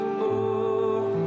more